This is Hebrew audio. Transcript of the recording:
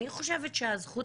אני חושבת שהזכות